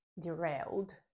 derailed